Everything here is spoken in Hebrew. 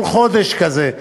כל חודש כזה,